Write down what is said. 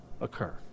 occur